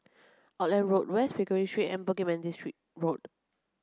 Auckland Road West Pickering Street and Bukit Manis street Road